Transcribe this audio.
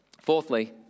Fourthly